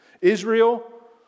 Israel